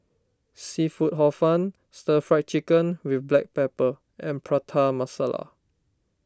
Seafood Hor Fun Stir Fried Chicken with Black Pepper and Prata Masala